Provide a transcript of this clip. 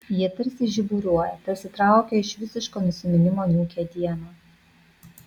jie tarsi žiburiuoja tarsi traukia iš visiško nusiminimo niūkią dieną